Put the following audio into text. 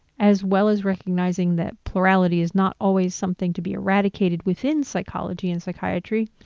as well as recognizing that plurality is not always something to be eradicated within psychology and psychiatry,